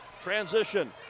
transition